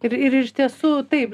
ir ir iš tiesų taip